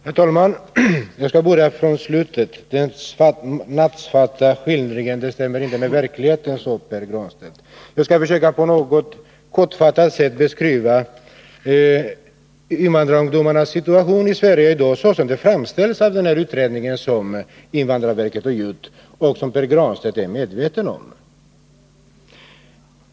Herr talman! Jag skall börja med att kommentera det sista som Pär Granstedt sade. Enligt honom stämmer inte min nattsvarta skildring av Sverige som invandrarland överens med verkligheten. Jag skall försöka att kortfattat beskriva invandrarungdomarnas situation i Sverige i dag sådan den framställs i den utredning som invandrarverket gjort och som Pär Granstedt känner till.